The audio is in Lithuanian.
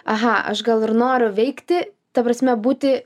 aha aš gal ir noriu veikti ta prasme būti